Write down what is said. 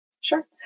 Sure